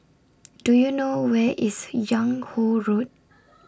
Do YOU know Where IS Yung Ho Road